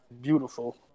beautiful